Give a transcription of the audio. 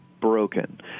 broken